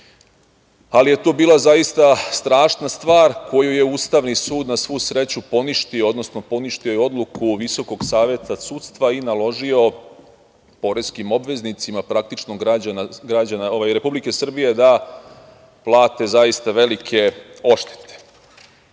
ali je to bila zaista strašna stvar koju je Ustavni sud na svu sreću poništio, odnosno poništio je odluku VSS i naložio poreskim obveznicima, praktično građana Republike Srbije, da plate zaista velike odštete. Ono